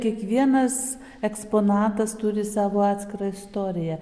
kiekvienas eksponatas turi savo atskirą istoriją